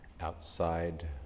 outside